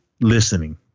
listening